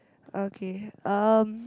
okay um